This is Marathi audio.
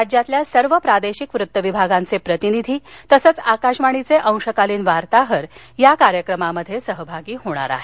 राज्यातल्या सर्व प्रादेशिक वृत्त विभागांचे प्रतिनिधी तसंच आकाशवाणीचे अंशकालीन वार्ताहर या कार्यक्रमात सहभागी होणार आहेत